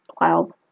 wild